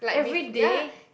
everyday